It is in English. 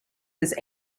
his